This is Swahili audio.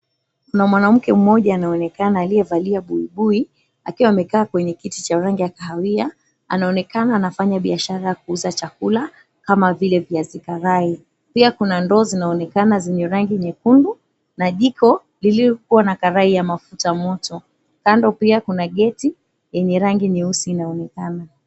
Kuna mwanamke mmoja anaonekana aliyevalia buibui akiwa amekaa kwenye kiti cha rangi ya kahawia, anaonekana anafanya biashara ya kuuza chakula kama vile viazi karai. Pia kuna ndoo zinaonekana zenye rangi nyekundu na jiko lililokuwa na karai ya mafuta moto. Kando pia kuna geti yenye rangi nyeusi inaonekana.